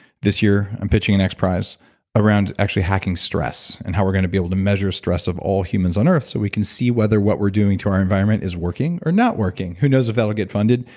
this year, i'm pitching an xprize around actually hacking stress and how we're going to be able to measure stress of all humans on earth so we can see whether what we're doing to our environment is working or not working. who knows if that will get funded,